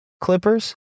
Clippers